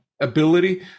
ability